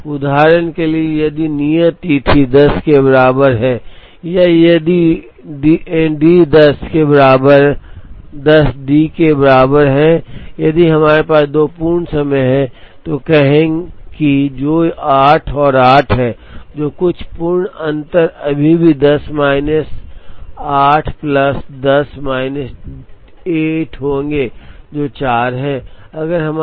उदाहरण के लिए यदि नियत तिथि 10 के बराबर है या यदि D 10 के बराबर 10 D के बराबर है यदि हमारे पास दो पूर्ण समय हैं तो कहें कि जो 8 और 8 है तो कुछ पूर्ण अंतर अभी भी 10 माइनस 8 प्लस 10 माइनस 8 होंगे जो 4 है